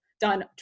done